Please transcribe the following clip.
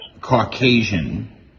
caucasian